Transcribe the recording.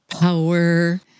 power